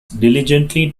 diligently